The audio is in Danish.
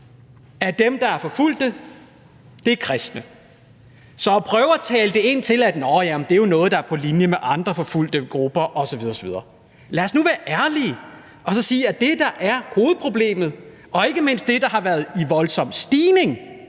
af dem, der er forfulgte, kristne. Så i forhold til at prøve at tale det ind til, at nå ja, det er noget, der er på linje med andre forfulgte grupper osv. osv.: Lad os nu være ærlige og sige, at det, der er hovedproblemet – og ikke mindst det, der har været i voldsom stigning